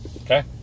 Okay